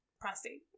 prostate